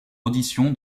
audition